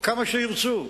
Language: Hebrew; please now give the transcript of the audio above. כמה שירצו,